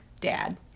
dad